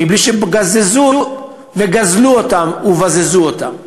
בלי שגזזו וגזלו אותם ובזזו אותם.